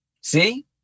See